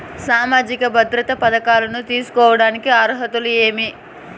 సామాజిక భద్రత పథకాలను తీసుకోడానికి అర్హతలు ఏమి?